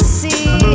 see